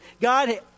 God